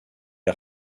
est